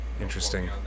interesting